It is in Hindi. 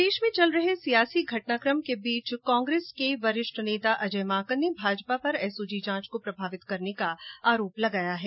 प्रदेश में चल रहे सियासी घटनाकम के बीच कांग्रेस के वरिष्ठ नेता अजय माकन ने भाजपा पर एसओजी जांच को प्रभावित करने का आरोप लगाया है